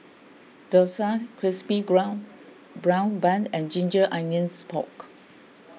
Dosa Crispy Ground Brown Bun and Ginger Onions Pork